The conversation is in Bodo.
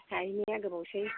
थाहैनाया गोबावसै